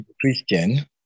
Christian